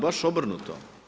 Baš obrnuto.